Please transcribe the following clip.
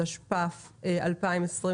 התשפ"ב-2021.